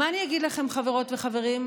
מה אני אגיד לכם, חברות וחברים?